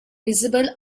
visible